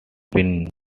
been